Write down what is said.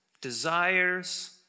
desires